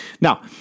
Now